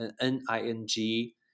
N-I-N-G